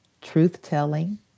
Truth-telling